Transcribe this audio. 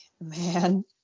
Man